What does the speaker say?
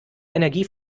energie